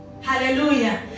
Hallelujah